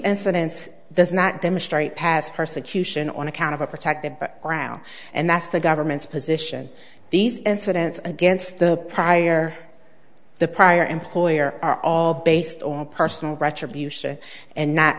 incidents does not demonstrate past persecution on account of a protected ground and that's the government's position these incidents against the prior the prior employer are all based on personal retribution and not